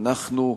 אנחנו,